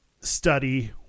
study